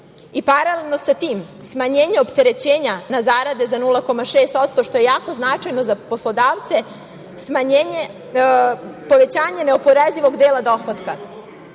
i paralelno sa tim smanjenje opterećenja na zarade za 0,6%, što je jako značajno za poslodavce, povećanje neoporezivog dela dohotka